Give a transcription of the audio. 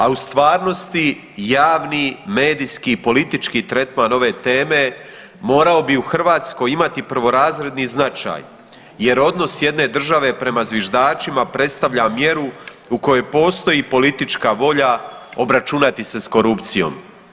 A u stvarnosti javni medijski politički tretman ove teme morao biti u Hrvatskoj imati prvorazredni značaj jer odnos jedne države prema zviždačima predstavlja mjeru u kojoj postoji politička volja obračunati se s korupcijom.